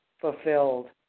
Fulfilled